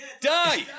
die